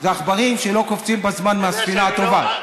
זה עכברים שלא קופצים בזמן מהספינה הטובעת.